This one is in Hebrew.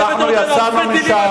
אנחנו יצאנו משם.